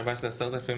שב"ס זה 10,000,